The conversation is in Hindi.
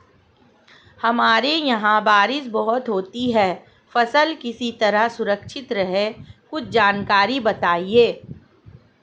हमारे यहाँ बारिश बहुत होती है फसल किस तरह सुरक्षित रहे कुछ जानकारी बताएं?